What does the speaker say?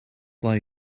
lay